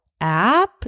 app